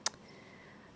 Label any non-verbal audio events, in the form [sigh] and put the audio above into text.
[noise]